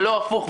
ולא הפוך,